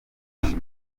yanjye